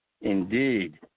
indeed